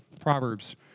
Proverbs